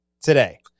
today